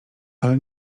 ale